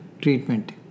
treatment